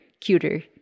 cuter